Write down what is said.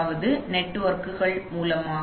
அதாவது நெட்வொர்க்குகள் மூலமாக